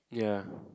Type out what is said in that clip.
ya